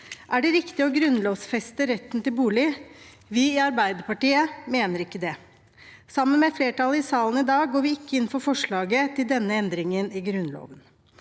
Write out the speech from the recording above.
Er det riktig å grunnlovfeste retten til bolig? Vi i Arbeiderpartiet mener ikke det. Sammen med flertallet i salen i dag går vi ikke inn for forslaget til denne endringen i Grunnloven.